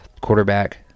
quarterback